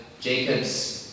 Jacob's